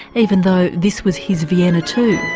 even though this was his vienna too.